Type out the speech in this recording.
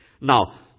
Now